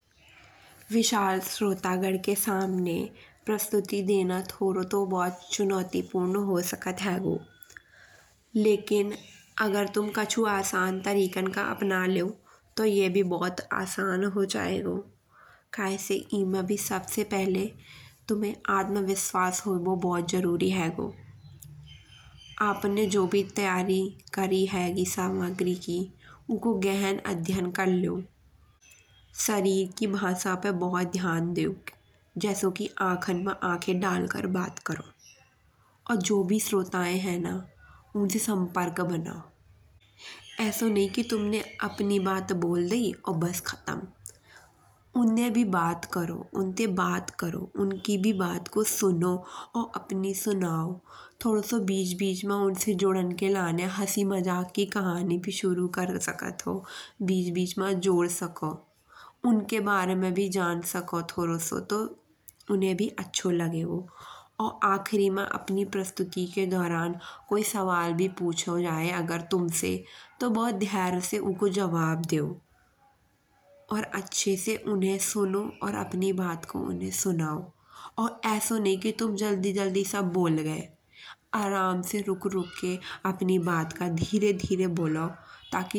विशाल श्रोतागण के सामने प्रस्तुति देना थोड़ो तो भोत चुनौतिपूर्ण हो सकत हेगो। लकिन कछु तुम आसान तरीकन को अपना लेओ तो ये भी भोत आसान हुए जईगो। कय से एमा भी सबसे पहिले तमे आत्मविश्वास होवो भोत जरूरी हेगो। अपने जो भी तैयारी करी हेगी सामग्री की ऊको गहन अध्ययन करलो। शरीर की भाषा पे बहुत ध्यान देओ। जैसो कि अखन मा आँखें डाल कर बात करो। और जो भी श्रोते हैं न, उनसे संपर्क बनाओ। ऐसो नई कि तुमने, अपनी बात बोल लाई और बस खतम। उनने भी बात करो, उन ते बात करो, उनकी को सुनो और अपनी सुनाओ। थोड़ो सो बीच बीच मा उनमे जुड़ान के लाने हसी मजाक की कहानी भी शुरू कर सकत हो बीच बीच मा जोड़े सको। उनके बारे में भी जान सको थोड़ो सो तो उन्हें भी अच्छा लगेगो। और आखिरि मा अपनी प्रस्तुति के दौरान कोई सवाल भी पूछो जाए अगर तुमसे तो भोत ध्यान से ऊको जबाव देओ। और अच्छे से उन्हें सुनो और अपनी बात को सुनाओ। और ऐसो नई कि तुम जल्दी जल्दी सब बोल गए आराम से रुक रुक के अपनी बात का धीरे धीरे बोलो। तकि तुम्हें भी बोलन मा सोचन के लाए समय मिल जाए। और सामने बालो भी त़ुमायी बात को भोत आसानी से सुन के समझ साके।